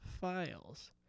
files